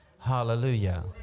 Hallelujah